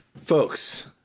Folks